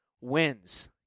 wins